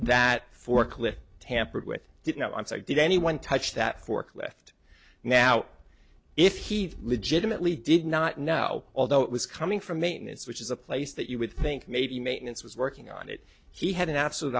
that forklift tampered with did not i'm sorry did anyone touch that forklift now if he legitimately did not know although it was coming from maintenance which is a place that you would think maybe maintenance was working on it he had an absolute